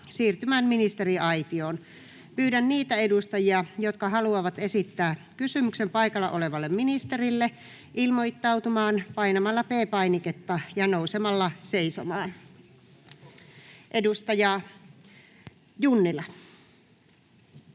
siirtymään ministeriaitioon. Pyydän niitä edustajia, jotka haluavat esittää kysymyksen ministerille, ilmoittautumaan painamalla P-painiketta ja nousemalla seisomaan. Edustaja Junnila.